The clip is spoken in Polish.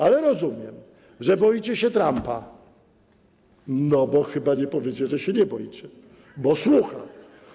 Ale rozumiem, że boicie się Trumpa, no bo chyba nie powiecie, że się nie boicie, bo słucha.